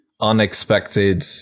unexpected